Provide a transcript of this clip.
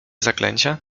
zaklęcia